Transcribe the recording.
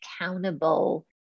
accountable